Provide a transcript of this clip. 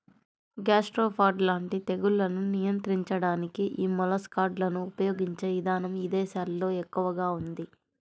gastropod లాంటి తెగుళ్లను నియంత్రించడానికి యీ మొలస్సైడ్లను ఉపయిగించే ఇదానం ఇదేశాల్లో ఎక్కువగా ఉంది